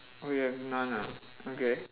oh you have none ah okay